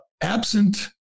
Absent